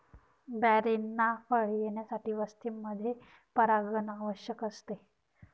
बेरींना फळे येण्यासाठी वनस्पतींमध्ये परागण आवश्यक असते